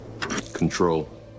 control